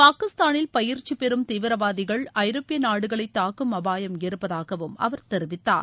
பாகிஸ்தானில் பயிற்சி பெறும் தீவிரவாதிகள் ஐரோப்பிய நாடுகளை தாக்கும் அபாயம் இருப்பதாகவும் அவர் தெரிவித்தார்